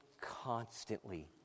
constantly